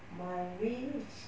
my wish